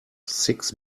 six